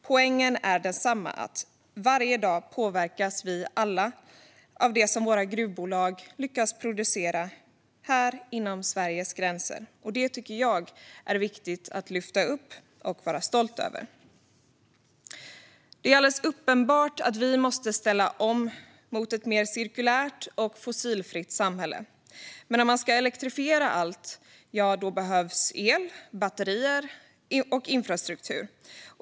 Poängen är densamma: Varje dag påverkas vi alla av det som våra gruvbolag lyckas producera inom Sveriges gränser, och det tycker jag är viktigt att lyfta upp och vara stolt över. Det är alldeles uppenbart att vi måste ställa om mot ett mer cirkulärt och fossilfritt samhälle, men om man ska elektrifiera allt behövs el, batterier och infrastruktur.